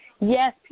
Yes